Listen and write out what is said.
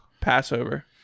Passover